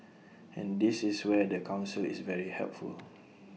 and this is where the Council is very helpful